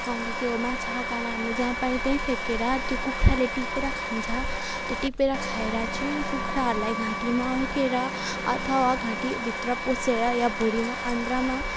अनि त त्यो माछाको काँडा हामीले जहाँ पायो त्यहीँ फ्याँकेर त्यो कुखुराले टिपेर खान्छ त्यो टिपेर खाएर चाहिँ कुखुराहरूलाई घाँटीमा अड्केर अथवा घाँटीभित्र पसेर या भुँडीमा आन्द्रामा